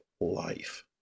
life